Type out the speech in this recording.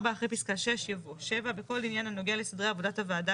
4. אחרי פסקה 6 יבוא: 7. בכל עניין הנוגע לסדרי עבודת הוועדה